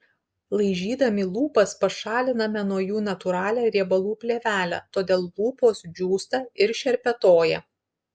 laižydami lūpas pašaliname nuo jų natūralią riebalų plėvelę todėl lūpos džiūsta ir šerpetoja